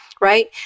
right